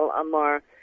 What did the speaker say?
Amar